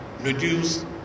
reduce